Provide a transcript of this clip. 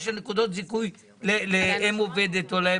מהתמודדות עם יוקר המחיה ועם הטירוף של עליות